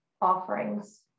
offerings